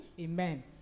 Amen